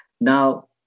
Now